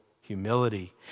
humility